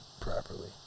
properly